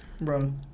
Bro